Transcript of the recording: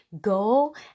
go